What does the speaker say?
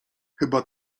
chyba